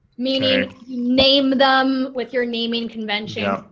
meaning name them with your naming convention,